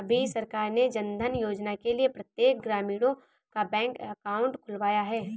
अभी सरकार ने जनधन योजना के लिए प्रत्येक ग्रामीणों का बैंक अकाउंट खुलवाया है